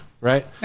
right